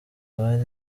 bari